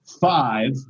five